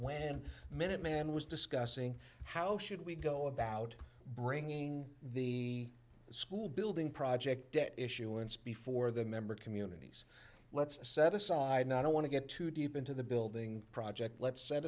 when minuteman was discussing how should we go about bringing the school building project debt issuance before the member communities let's set aside not i want to get too deep into the building project let's set